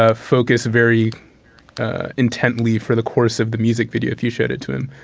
ah focus very intently for the course of the music video if you showed it to him.